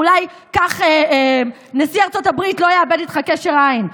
אולי כך נשיא ארצות הברית לא יאבד איתך קשר עין.